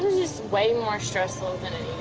just way more stressful than it